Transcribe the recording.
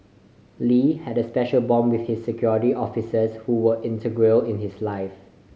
Lee had a special bond with his Security Officers who were integral in his life